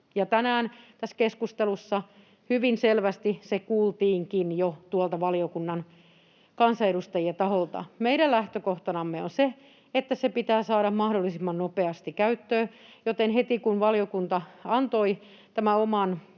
tänään tässä keskustelussa hyvin selvästi se kuultiinkin jo tuolta valiokunnan kansanedustajien taholta. Meidän lähtökohtanamme on se, että se pitää saada mahdollisimman nopeasti käyttöön, joten heti kun valiokunta antoi tämän oman